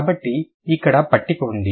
కాబట్టి ఇక్కడ పట్టిక ఉంది